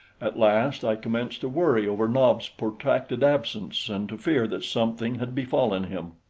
at last i commenced to worry over nobs' protracted absence and to fear that something had befallen him.